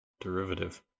derivative